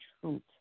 truth